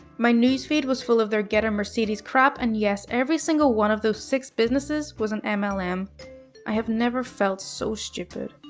my newsfeed was full of their get a mercedes crap, and yes, every single one of those six businesses was an mlm. um i have never felt so stupid.